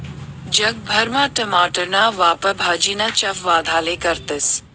जग भरमा टमाटरना वापर भाजीना चव वाढाले करतस